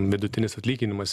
vidutinis atlyginimas